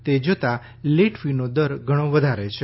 તે જોતા લેટ ફીનો દર ઘણો વધારે છે